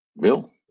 Bill